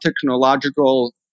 technological